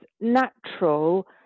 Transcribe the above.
natural